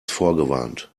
vorgewarnt